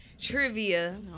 trivia